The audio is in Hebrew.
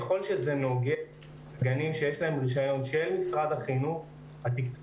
ככל שזה נוגע לגנים שיש להם רישיון של משרד החינוך התקצוב